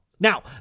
Now